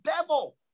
devil